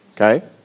okay